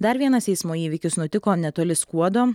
dar vienas eismo įvykis nutiko netoli skuodo